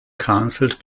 canceled